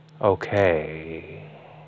okay